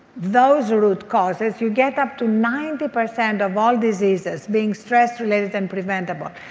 those root causes, you get up to ninety percent of all diseases being stress related and preventable.